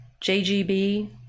JGB